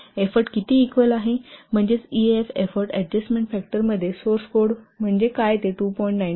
तर एफोर्ट किती इक्वल आहे म्हणजेच ईएएफ एफोर्ट अडजस्टमेन्ट फॅक्टरमध्ये सोर्स कोड म्हणजे काय ते 2